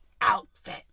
outfit